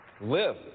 live